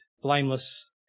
blameless